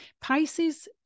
Pisces